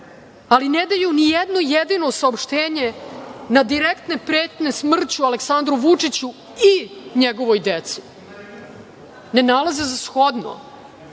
ali ne daju ni jedno jedino saopštenje na direktne pretnje smrću Aleksandru Vučiću i njegovoj deci? Ne nalaze za shodno.